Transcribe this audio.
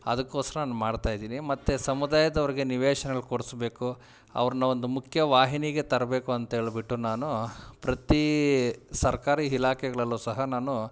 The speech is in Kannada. ಅದಕ್ಕೋಸ್ಕರ ನಾನು ಮಾಡ್ತಾ ಇದೀನಿ ಮತ್ತು ಸಮುದಾಯದ ಅವ್ರಿಗೆ ನಿವೇಶನಗಳ್ ಕೊಡಿಸ್ಬೇಕು ಅವ್ರನ್ನ ಒಂದು ಮುಖ್ಯ ವಾಹಿನಿಗೆ ತರಬೇಕು ಅಂತ್ಹೇಳ್ಬಿಟ್ಟು ನಾನೂ ಪ್ರತೀ ಸರ್ಕಾರಿ ಇಲಾಖೆಗಳಲ್ಲು ಸಹ ನಾನೂ